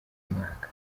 umwaka